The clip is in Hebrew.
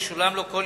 ישולם לו,